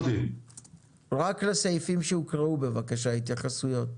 רק לסעיפים שהוקראו, בבקשה, התייחסויות.